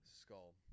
Skull